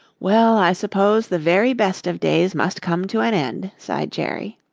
well, i suppose the very best of days must come to an end, sighed jerry.